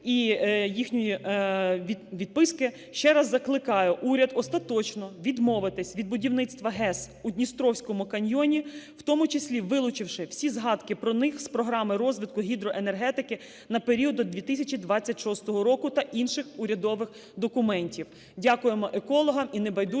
і їхньої відписки, ще раз закликаю уряд остаточно відмовитись від будівництва ГЕС у "Дністровському каньйоні", в тому числі вилучивши всі згадки про них з Програми розвитку гідроенергетики на період до 2026 року та інших урядових документів. Дякуємо екологам і небайдужим